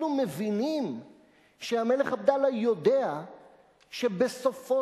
אנחנו מבינים שהמלך עבדאללה יודע שבסופו